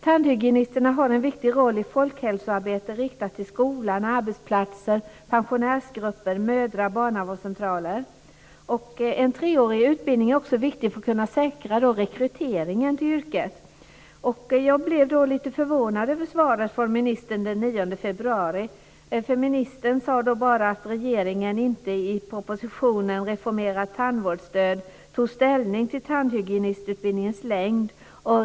Tandhygienisterna har en viktig roll i folkhälsoarbetet riktat till skola, arbetsplatser, pensionärsgrupper och mödra och barnavårdscentraler. En treårig utbildning är också viktig för att kunna säkra rekryteringen till yrket. Jag blev lite förvånad över svaret från ministern den 9 februari. Ministern sade då bara att regeringen i propositionen Reformerat tandvårdsstöd inte tog ställning till tandhygienistutbildningens längd.